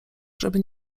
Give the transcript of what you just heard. żeby